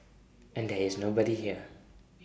and there is nobody here